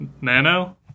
Nano